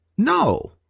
No